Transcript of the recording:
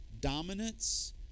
dominance